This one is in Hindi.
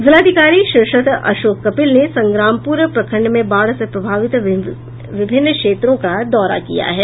जिलाधिकारी शीर्षत अशोक कपिल ने संग्रामपुर प्रखंड में बाढ़ से प्रभावित विभिन्न क्षेत्रों का दौरा किया है